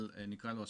על נקרא לו הספורט,